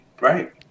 Right